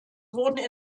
wurden